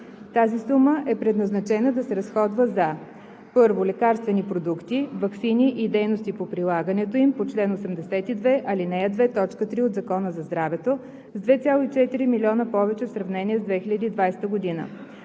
Тази сума е предназначена да се разходва за: 1. лекарствени продукти – ваксини и дейности по прилагането им по чл. 82, ал. 2, т. 3 от Закона за здравето с 2,4 млн. лв. повече в сравнение с 2020 г.